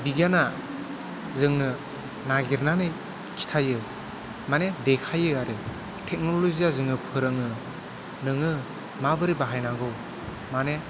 बिगियाना जोंनो नागिरनानै खिथायो माने देखायो आरो टेक्नलजिया जोङो फोरोङो नोङो माबोरै बाहाय नांगौ माने